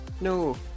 No